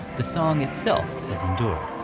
the song itself has endured,